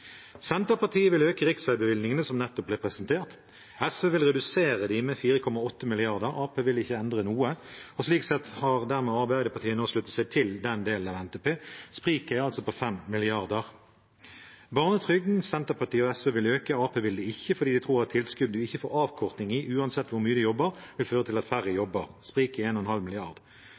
Senterpartiet vil øke riksveibevilgningene, som nettopp ble presentert. SV vil redusere dem med 4,8 mrd. kr. Arbeiderpartiet vil ikke endre noe. Slik sett har dermed Arbeiderpartiet sluttet seg til den delen av NTP. Spriket er altså på 5 mrd. kr. Barnetrygden: Senterpartiet og SV vil øke. Arbeiderpartiet vil ikke fordi de tror at tilskuddet vil man ikke få avkortning i, uansett hvor mye man jobber. Det vil føre til at færre jobber. Spriket er på 1,5 mrd. kr. Når det gjelder skatter og